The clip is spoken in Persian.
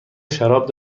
شراب